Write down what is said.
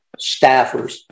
staffers